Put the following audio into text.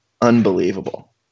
unbelievable